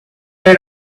pad